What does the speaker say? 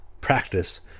practice